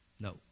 No